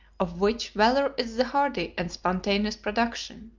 of which valor is the hardy and spontaneous production.